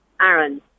Aaron